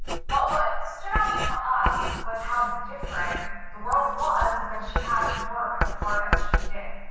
but what stood out to us was how different the world was when she had to work as hard as she did.